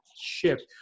shift